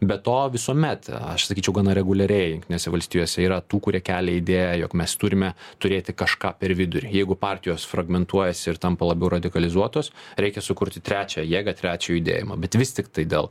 be to visuomet aš sakyčiau gana reguliariai jungtinėse valstijose yra tų kurie kelia idėją jog mes turime turėti kažką per vidurį jeigu partijos fragmentuojasi ir tampa labiau radikalizuotos reikia sukurti trečią jėgą trečia judėjimą bet vis tiktai dėl